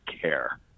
care